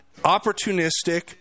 opportunistic